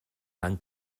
van